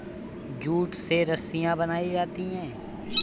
jute से रस्सियां बनायीं जाती है